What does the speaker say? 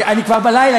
אני כבר בלילה,